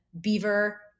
beaver